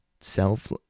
self-